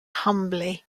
humbly